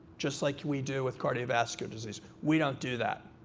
just like we do with cardiovascular disease. we don't do that.